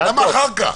למה אחר כך?